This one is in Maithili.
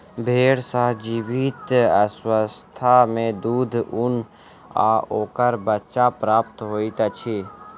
भेंड़ सॅ जीवित अवस्था मे दूध, ऊन आ ओकर बच्चा प्राप्त होइत अछि